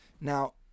Now